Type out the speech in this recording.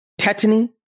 tetany